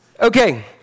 Okay